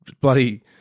bloody